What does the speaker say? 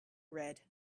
red